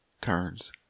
turns